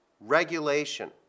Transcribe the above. regulation